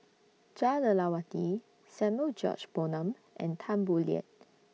Jah Lelawati Samuel George Bonham and Tan Boo Liat